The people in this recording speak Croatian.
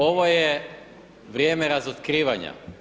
Ovo je vrijeme razotkrivanja.